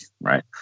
right